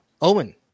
Owen